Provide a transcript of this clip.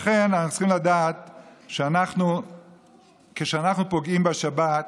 לכן אנחנו צריכים לדעת שכשאנחנו פוגעים בשבת,